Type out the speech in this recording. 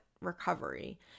recovery